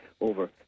over